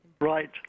Right